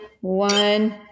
one